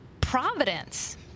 providence